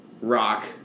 rock